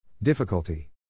Difficulty